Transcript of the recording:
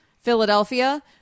Philadelphia